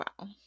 Wow